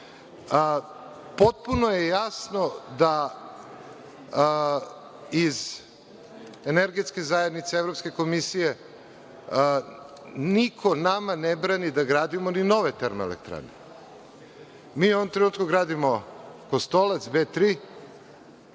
dolaze. Potpuno je jasno da iz energetske zajednice Evropske komisije niko nama ne brani da gradimo ni nove termoelektrane. Mi u ovom trenutku gradimo Kostolac B-3,